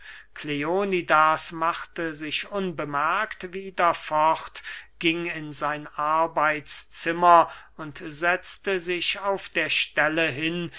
kleonidas machte sich unbemerkt wieder fort ging in sein arbeitszimmer und setzte sich auf der stelle hin